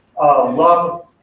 love